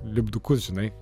lipdukus žinai